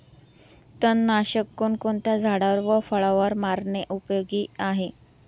तणनाशक कोणकोणत्या झाडावर व फळावर मारणे उपयोगी आहे?